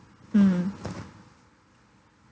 mm mm